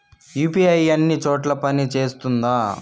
UPI అన్ని చోట్ల పని సేస్తుందా?